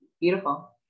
beautiful